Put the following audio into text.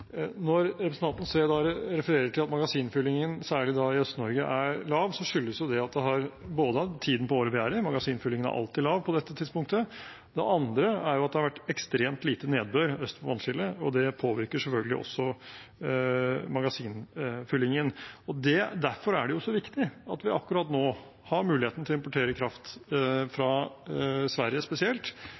Når representanten Sve refererer til at magasinfyllingen, særlig i Øst-Norge, er lav, skyldes det tiden på året vi er i. Magasinfyllingen er alltid lav på dette tidspunktet. Det andre er at det har vært ekstremt lite nedbør øst for vannskillet, og det påvirker selvfølgelig også magasinfyllingen. Derfor er det viktig at vi akkurat nå har muligheten til å importere kraft, fra Sverige spesielt,